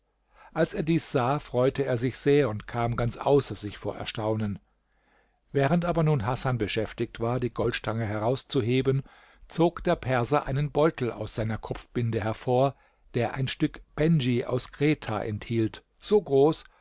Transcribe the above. als er dies sah freute er sich sehr und kam ganz außer sich vor erstaunen während aber nun hasan beschäftigt war die goldstange herauszuheben zog der perser einen beutel aus seiner kopfbinde hervor der ein stück bendj aus kreta enthielt so groß